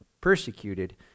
Persecuted